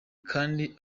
kandi